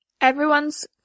Everyone's